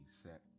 set